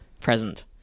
present